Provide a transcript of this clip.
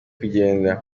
kugenda